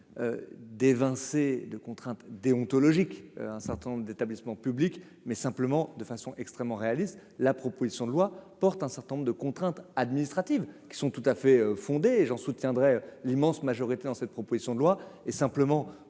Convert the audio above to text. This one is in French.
d'évincer de contraintes déontologiques, un certain nombre d'établissements publics, mais simplement de façon extrêmement réaliste la proposition de loi. Porte un certain nombre de contraintes administratives qui sont tout à fait fondée Jean soutiendrait l'immense majorité dans cette proposition de loi et simplement